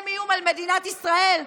הם איום על מדינת ישראל?